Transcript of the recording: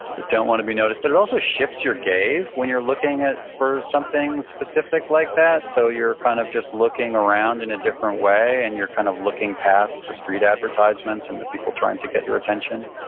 that don't want to be noticed. but it also shifts your gaze when you're looking for something specific like that. so you're kind of just looking around in a different way and you're kind of looking past the street advertisements and the people trying to get your attention.